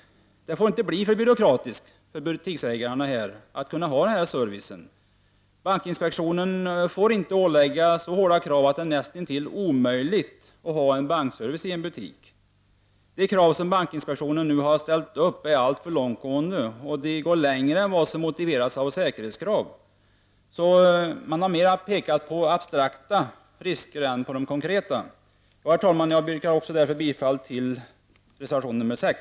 Det får inte bli för byråkratiskt för butiksägarna att ta hand om denna service. Bankinspektionen får inte ålägga dem så hårda krav att det blir näst intill omöjligt att ha bankservice i en butik. De krav som bankinspektionen nu har ställt upp är alltför långtgående, och de går längre än vad som är motiverat från säkerhetssynpunkt. Man har mera pekat på abstrakta risker än på konkreta. Herr talman! Jag yrkar härmed bifall också till reservation nr 6.